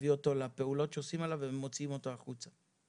להביא אותו לפעולות שעושים עליו ומוציאים אותו החוצה.